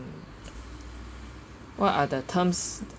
what are the terms